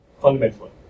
Fundamentally